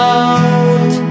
out